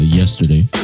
yesterday